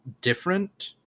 different